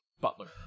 butler